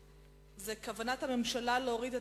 הצעה מס' 298: כוונת הממשלה לשנות את